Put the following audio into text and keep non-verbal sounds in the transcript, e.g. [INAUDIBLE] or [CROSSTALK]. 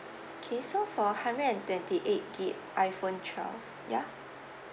[BREATH] okay so for hundred and twenty eight gig iphone twelve yeah